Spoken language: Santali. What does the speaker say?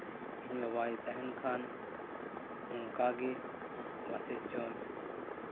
ᱤᱧ ᱵᱟᱵᱟᱭ ᱛᱟᱦᱮᱱ ᱠᱷᱟᱱ ᱱᱚᱝᱠᱟ ᱜᱮ ᱯᱟᱥᱮᱡ ᱪᱚᱭ